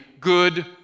good